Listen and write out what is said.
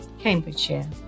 Cambridgeshire